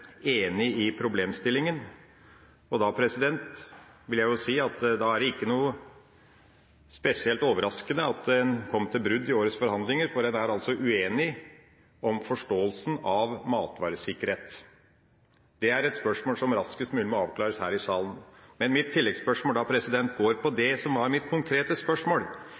enig i problemstillingen, og da vil jeg jo si at det ikke er spesielt overraskende at det kom til brudd i årets forhandlinger, for en er altså uenig om forståelsen av matvaresikkerhet. Det er et spørsmål som raskest mulig må avklares her i salen. Men mitt tilleggsspørsmål går da på det som var mitt konkrete spørsmål: